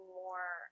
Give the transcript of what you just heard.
more